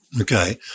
Okay